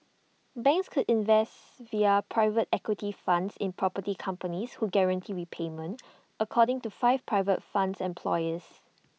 banks could invest via private equity funds in property companies who guaranteed repayment according to five private fund employees